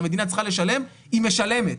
והמדינה צריכה לשלם היא משלמת.